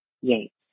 Yates